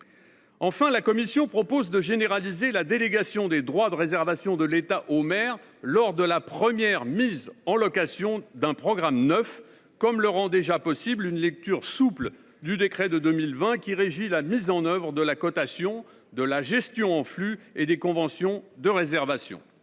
Enfin, la commission propose de généraliser la délégation des droits de réservation de l’État au maire lors de la première mise en location d’un programme neuf, comme le rend déjà possible une lecture souple du décret de 2020, qui régit la mise en œuvre de la cotation, de la gestion en flux et des conventions de réservation.